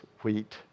wheat